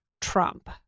Trump